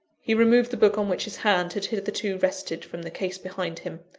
he removed the book on which his hand had hitherto rested from the case behind him,